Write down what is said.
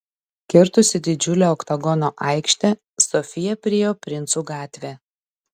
kirtusi didžiulę oktagono aikštę sofija priėjo princų gatvę